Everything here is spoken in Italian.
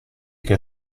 che